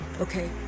Okay